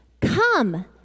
Come